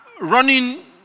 running